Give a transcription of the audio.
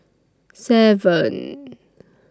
seven